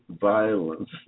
violence